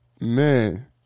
man